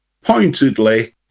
pointedly